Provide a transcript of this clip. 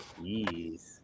Jeez